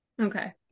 okay